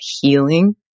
healing